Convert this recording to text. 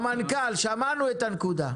המנכ"ל, שמענו את הנקודה.